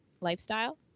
lifestyle